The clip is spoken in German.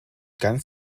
ganz